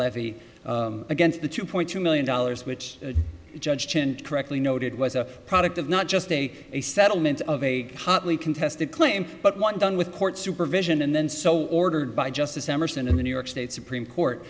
levy against the two point two million dollars which the judge correctly noted was a product of not just a a settlement of a hotly contested claim but one done with court supervision and then so ordered by justice emerson in the new york state supreme court